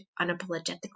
unapologetically